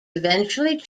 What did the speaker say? eventually